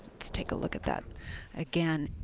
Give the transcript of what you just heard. take a look at that again.